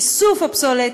איסוף הפסולת,